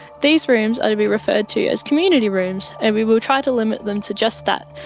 these rooms are to be referred to as community rooms and we will try to limit them to just that,